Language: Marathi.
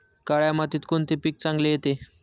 काळ्या मातीत कोणते पीक चांगले येते?